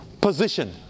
position